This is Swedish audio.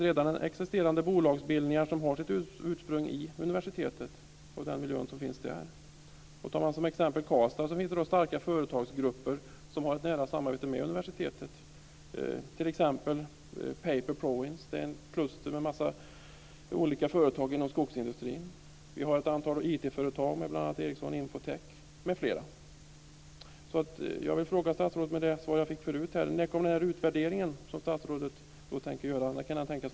Redan existerande bolagsbildningar har sitt ursprung i universitetet och den miljö som finns där. Tar man Karlstad som exempel finns det starka företagsgrupper som har ett nära samarbete med universitetet, t.ex. Paperprovince. Det är ett kluster med många olika företag inom skogsindustrin. Vi har ett antal IT Jag vill fråga statsrådet utifrån det svar jag fick förut: När kan den utvärdering som statsrådet tänker göra vara klar?